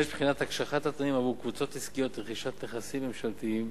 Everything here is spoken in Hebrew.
5. בחינת הקשחת התנאים עבור קבוצות עסקיות לרכישת נכסים ממשלתיים